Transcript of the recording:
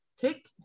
Kick